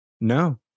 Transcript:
No